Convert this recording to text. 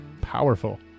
powerful